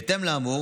בהתאם לאמור,